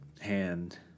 hand